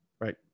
right